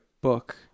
book